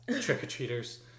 trick-or-treaters